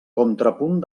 contrapunt